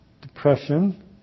depression